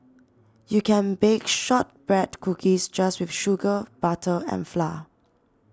you can bake Shortbread Cookies just with sugar butter and flour